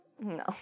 No